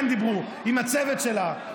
כן דיברו עם הצוות שלה,